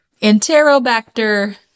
Enterobacter